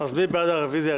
מי בעד הרביזיה?